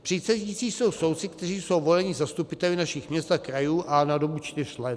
Přísedící jsou soudci, kteří jsou voleni zastupiteli našich měst a krajů na dobu čtyř let.